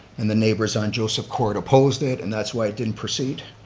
and the neighbors on joseph court opposed it and that's why it didn't proceed.